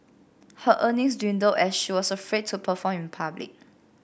her earnings dwindled as she was afraid to perform in public